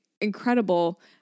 incredible